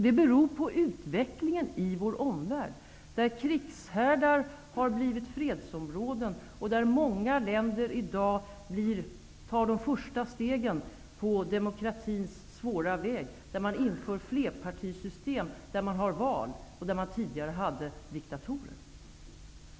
Det beror på utvecklingen i vår omvärld, där krigshärdar har blivit fredsområden och där många länder i dag tar de första stegen på demokratins svåra väg, där man inför flerpartisystem, där man har val och där man tidigare hade diktatorer.